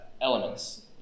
Elements